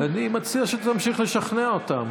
אני מציע שתמשיך לשכנע אותם.